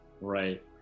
Right